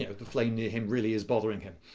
you know the flame near him really is bothering him.